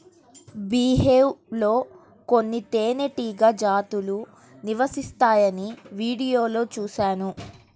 beehive లో కొన్ని తేనెటీగ జాతులు నివసిస్తాయని వీడియోలో చూశాను